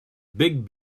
big